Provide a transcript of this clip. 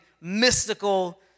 mystical